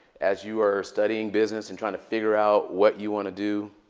as you are studying business and trying to figure out what you want to do,